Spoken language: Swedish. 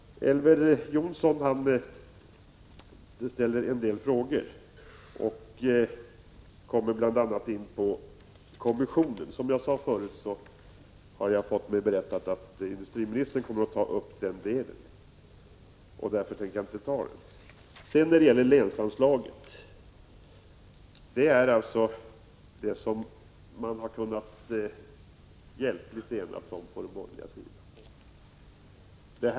Elver Jonsson ställde en del frågor och kom bl.a. in på frågan om en kommission. Jag har fått mig berättat att industriministern kommer att ta upp den frågan senare. På den borgerliga sidan har man kunnat ena sig bara om länsanslagen.